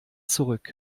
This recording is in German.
zurück